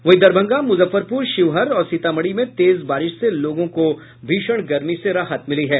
वहीं दरभंगा मुजफ्फरपुर शिवहर और सीतामढ़ी में तेज बारिश से लोगों को भीषण गर्मी से राहत मिली है